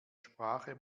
sprache